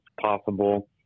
possible